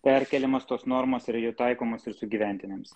perkeliamos tos normos yra jau taikomos ir sugyventiniams